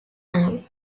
now